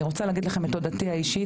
אני רוצה להגיד לכם את תודתי האישי,